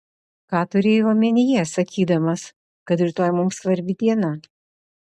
ką turėjai omenyje sakydamas kad rytoj mums svarbi diena